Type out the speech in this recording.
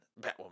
Batwoman